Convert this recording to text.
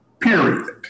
Period